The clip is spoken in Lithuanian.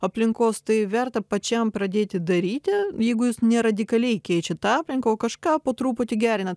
aplinkos tai verta pačiam pradėti daryti jeigu jūs ne radikaliai keičiat aplinką o kažką po truputį gerinat